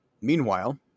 Meanwhile